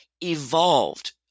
evolved